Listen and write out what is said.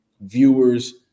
viewers